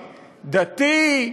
דתי.